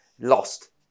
Lost